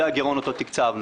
זה הגרעון אותו תקצבנו.